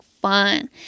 fun